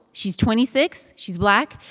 she's twenty six. she's black.